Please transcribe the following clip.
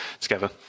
together